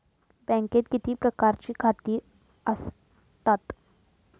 बँकेत किती प्रकारची खाती आसतात?